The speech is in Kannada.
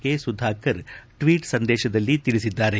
ಕೆ ಸುಧಾಕರ್ ಟ್ವೀಟ್ ಸಂದೇಶದಲ್ಲಿ ತಿಳಿಸಿದ್ದಾರೆ